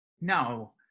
no